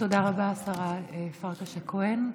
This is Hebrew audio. תודה רבה, השרה פרקש הכהן.